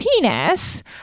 penis